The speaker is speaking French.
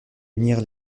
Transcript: unir